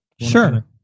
Sure